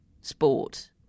sport